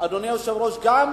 אדוני היושב-ראש, גם